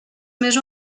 més